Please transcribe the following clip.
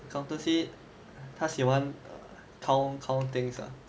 accountancy 他喜欢 count things ah